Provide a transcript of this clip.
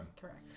Correct